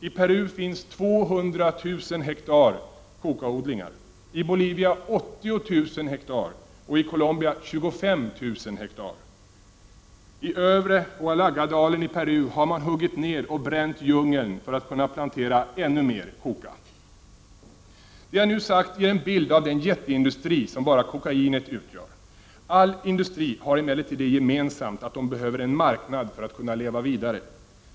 I Peru finns nu 200 000 hektar kokaodlingar, i Bolivia 80 000 hektar och i Colombia 25 000 hektar. I övre Huallaga-dalen i Peru har man huggit ned och bränt djungeln för att kunna plantera ännu mer koka. Det jag nu sagt ger en bild av den jätteindustri som bara kokainet utgör. All industri har emellertid det gemensamt att den behöver en marknad för att kunna leva vidare.